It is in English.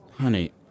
Honey